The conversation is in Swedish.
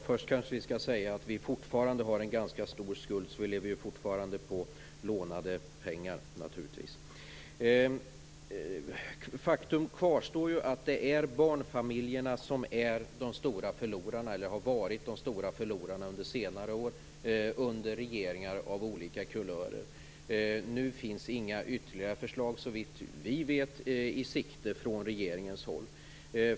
Fru talman! Vi har fortfarande en stor skuld, så vi lever fortfarande på lånade pengar. Faktum kvarstår att det är barnfamiljerna som har varit de stora förlorarna under senare år under regeringar av olika kulörer. Nu finns inga ytterligare förslag, så vitt vi vet, i sikte från regeringens håll.